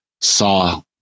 saw